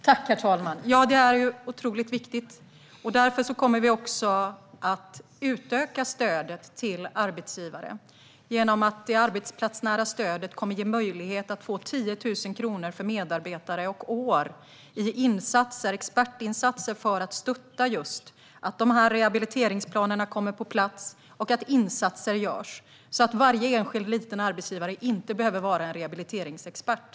Herr talman! Det är otroligt viktigt, och därför kommer vi också att utöka stödet till arbetsgivare. Det arbetsplatsnära stödet kommer att göra det möjligt att få 10 000 kronor per medarbetare och år för expertinsatser för att stötta så att rehabiliteringsplanerna kommer på plats och insatser görs. Varje enskild liten arbetsgivare ska inte behöva vara rehabiliteringsexpert.